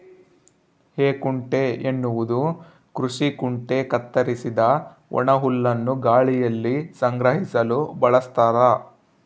ಹೇಕುಂಟೆ ಎನ್ನುವುದು ಕೃಷಿ ಕುಂಟೆ ಕತ್ತರಿಸಿದ ಒಣಹುಲ್ಲನ್ನು ಗಾಳಿಯಲ್ಲಿ ಸಂಗ್ರಹಿಸಲು ಬಳಸ್ತಾರ